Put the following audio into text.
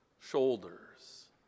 shoulders